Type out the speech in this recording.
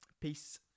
Peace